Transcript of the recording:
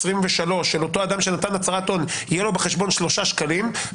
יהיה לאותו אדם שנתן הצהרת הון 3 שקלים בחשבון,